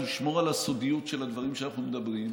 ישמור על הסודיות של הדברים שאנחנו מדברים עליהם,